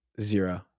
Zero